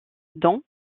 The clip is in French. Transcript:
dont